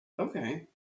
Okay